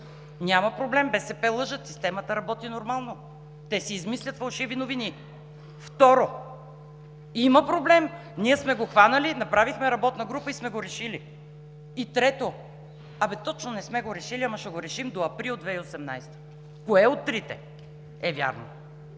„няма проблем, БСП лъжат, системата работи нормално. Те си измислят фалшиви новини“. Второ, „има проблем, ние сме го хванали. Направихме работна група и сме го решили“. И трето, „абе, точно не сме го решили, но ще го решим до месец април 2018 г.“. Кое от трите е вярно?